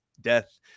death